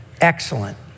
Excellent